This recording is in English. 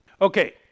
Okay